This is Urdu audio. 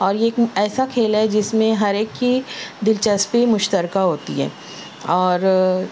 اور یہ ایک ایسا کھیل ہے جس میں ہر ایک کی دلچسپی مشترکہ ہوتی ہے اور